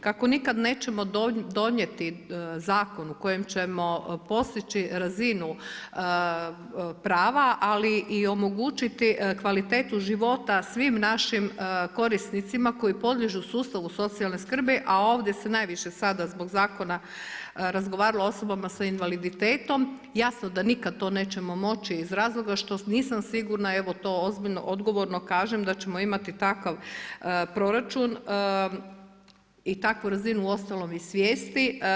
Kako nikad nećemo donijeti zakon u kojem ćemo postići razinu prava, ali i omogućiti kvalitetu života svim našim korisnicima koji podliježu sustavu socijalne skrbi, a ovdje se najviše sada zbog zakona razgovaralo o osobama sa invaliditetom jasno da nikad to nećemo moći iz razloga što nisam sigurna, evo to ozbiljno, odgovorno kažem da ćemo imati takav proračun i takvu razinu uostalom i svijesti.